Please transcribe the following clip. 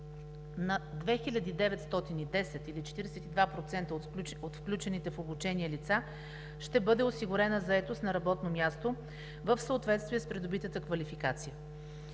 На 2910, или 42% от включените в обучение лица, ще бъде осигурена заетост на работно място в съответствие с придобитата квалификация.